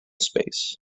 space